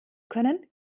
können